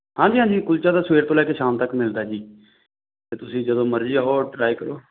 ਹਾਂਜੀ ਹਾਂਜੀ ਕੁਲਚਾ ਤਾਂ ਸਵੇਰ ਤੋਂ ਲੈ ਕੇ ਸ਼ਾਮ ਤੱਕ ਮਿਲਦਾ ਜੀ ਅਤੇ ਤੁਸੀਂ ਜਦੋਂ ਮਰਜ਼ੀ ਆਓ ਟਰਾਈ ਕਰੋ